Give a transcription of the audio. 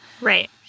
Right